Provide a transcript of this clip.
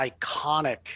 iconic